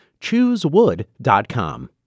Choosewood.com